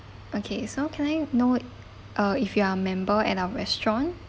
okay so can I know uh if you are a member at our restaurant